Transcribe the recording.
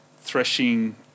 threshing